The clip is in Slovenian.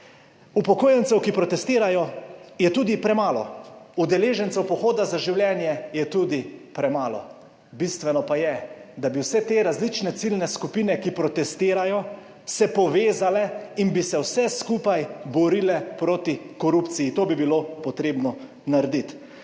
Upokojencev, ki protestirajo, je tudi premalo. Udeležencev pohoda za življenje je tudi premalo. Bistveno pa je, da bi vse te različne ciljne skupine, ki protestirajo, se povezale in bi se vse skupaj borile proti korupciji. To bi bilo potrebno narediti.